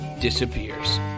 disappears